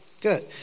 Good